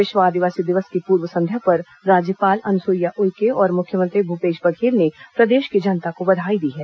विश्व आदिवासी दिवस की पूर्व संध्या पर राज्यपाल अनुसुईया उइके और मुख्यमंत्री भूपेश बघेल ने प्रदेश की जनता को बधाई दी हैं